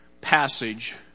passage